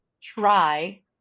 try